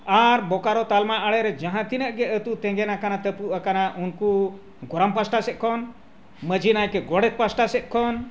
ᱟᱨ ᱵᱳᱠᱟᱨᱳ ᱛᱟᱞᱢᱟ ᱟᱲᱮ ᱨᱮ ᱡᱟᱦᱟᱸ ᱛᱤᱱᱟᱹᱜ ᱜᱮ ᱟᱛᱳ ᱛᱮᱸᱜᱮᱱ ᱟᱠᱟᱱᱟ ᱛᱟᱹᱯᱩᱜ ᱟᱠᱟᱱᱟ ᱩᱱᱠᱩ ᱜᱚᱨᱚᱢ ᱯᱟᱥᱴᱟ ᱥᱮᱫ ᱠᱷᱚᱱ ᱢᱟᱹᱡᱷᱤ ᱱᱟᱭᱠᱮ ᱜᱚᱰᱮᱛ ᱯᱟᱥᱴᱟ ᱥᱮᱫ ᱠᱷᱚᱱ